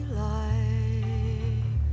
life